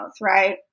right